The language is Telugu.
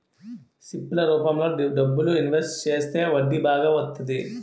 సిప్ ల రూపంలో డబ్బులు ఇన్వెస్ట్ చేస్తే వడ్డీ బాగా వత్తంది